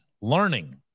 learning